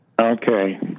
Okay